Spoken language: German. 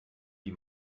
die